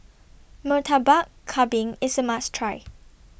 Murtabak Kambing IS A must Try